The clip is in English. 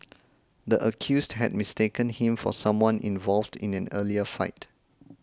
the accused had mistaken him for someone involved in an earlier fight